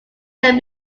can